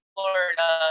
Florida